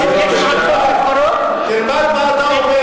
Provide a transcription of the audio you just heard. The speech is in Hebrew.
החוץ בממשלה שהייתה מוקמת, אבל זה לא מה שקרה.